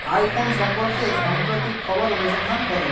iPhone সম্পর্কে সাম্প্রতিক খবর অনুসন্ধান করো